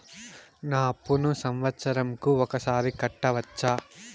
నా అప్పును సంవత్సరంకు ఒకసారి కట్టవచ్చా?